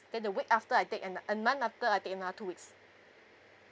then the week after I take an~ a month after I take another two weeks